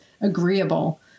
agreeable